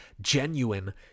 genuine